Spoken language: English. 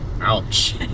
Ouch